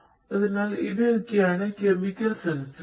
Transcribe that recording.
അതിനാൽ ഇവയൊക്കെയാണ് കെമിക്കൽ സെൻസറുകൾ